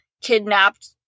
kidnapped